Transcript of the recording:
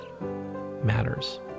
matters